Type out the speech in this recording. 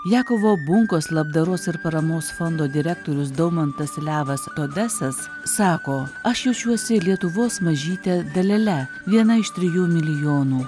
jakovo bunkos labdaros ir paramos fondo direktorius daumantas levas todesas sako aš jaučiuosi lietuvos mažyte dalele viena iš trijų milijonų